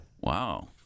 Wow